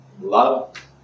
love